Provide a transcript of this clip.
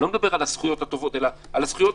לא מדבר על הזכויות הטובות אלא על הזכויות